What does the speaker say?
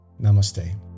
Namaste